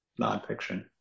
nonfiction